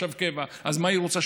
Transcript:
אז מה היא רוצה,